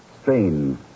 Strain